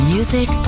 Music